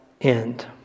end